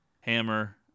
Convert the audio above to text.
Hammer